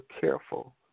careful